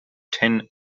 ten